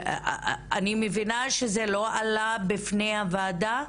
אני מבינה שזה לא עלה בפני הוועדה?